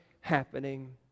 happening